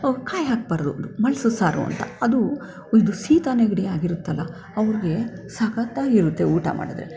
ಅವ್ಕೆ ಕಾಯಿ ಹಾಕಬಾರ್ದು ಮಳ್ಸು ಸಾರು ಅಂತ ಅದು ಇದು ಶೀತ ನೆಗಡಿ ಆಗಿರುತ್ತಲ್ಲ ಅವ್ರಿಗೆ ಸಖತ್ತಾಗಿರುತ್ತೆ ಊಟ ಮಾಡಿದ್ರೆ